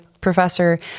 professor